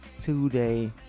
today